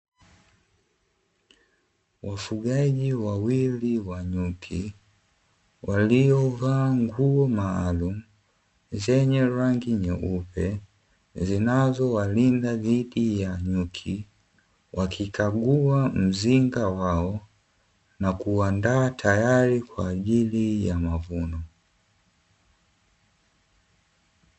Wafugaji wawili wa nyuki waliovaa nguo maalumu zenye rangi nyeupe zinazowalinda dhidi ya nyuki, wakikagua mzinga wao na kuanda tayari kwa ajili ya mavuno.